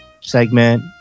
segment